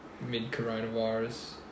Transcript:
mid-coronavirus